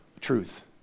truth